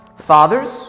fathers